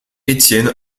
étienne